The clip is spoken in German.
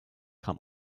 kam